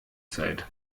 zeit